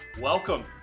Welcome